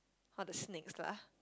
all the snakes lah